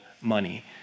money